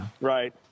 right